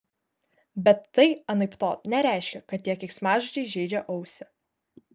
bet tai anaiptol nereiškia kad tie keiksmažodžiai žeidžia ausį